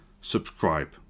Subscribe